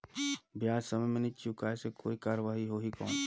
ब्याज समय मे नी चुकाय से कोई कार्रवाही होही कौन?